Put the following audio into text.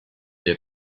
der